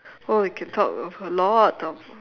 oh you can talk of a lot of